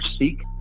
seek